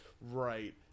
right